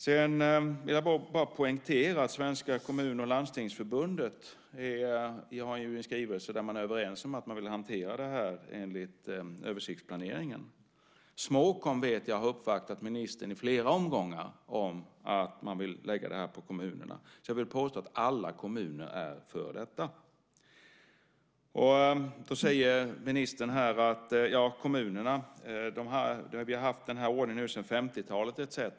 Jag vill bara poängtera att de svenska Kommun och Landstingsförbunden har kommit med en skrivelse där man är överens om att man vill hantera det här enligt översiktsplaneringen. Jag vet att Småkom har uppvaktat ministern i flera omgångar om att man vill lägga det här på kommunerna. Jag vill påstå att alla kommuner är för detta. Ministern säger att vi har haft den här ordningen sedan 50-talet etcetera.